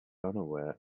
unaware